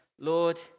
Lord